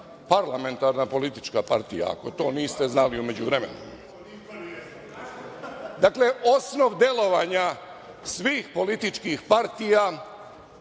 parlamentarna politička partija, ako to niste znali u međuvremenu. Dakle, osnov delovanja svih političkih partija